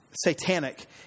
Satanic